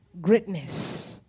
greatness